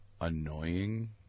annoying